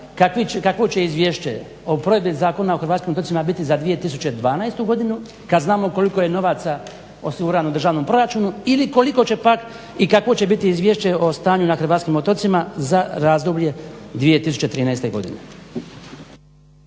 kakvo će Izvješće o provedbi Zakona o hrvatskim otocima biti za 2012. godinu kad znamo koliko je novaca osigurano u državnom proračunu ili koliko će pak i kakvo će biti Izvješće o stanju na hrvatskim otocima za razdoblje 2013. godine.